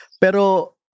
Pero